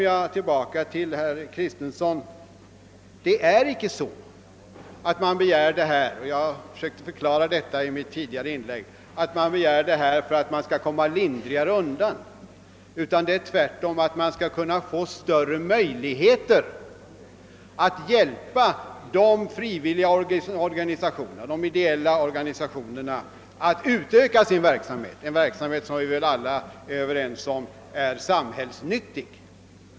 Jag har i mitt tidigare inlägg försökt att förklara att man inte vill komma lindrigare undan, herr Kristensson, utan avsikten är tvärtom att kunna få större möjligheter att hjälpa de frivilliga och ideella organisationerna att öka sin verksamhet, som vi alla är övertygade om är samhällsnyttig.